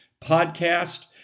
podcast